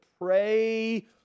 pray